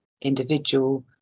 individual